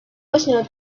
personal